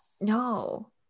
No